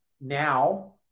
now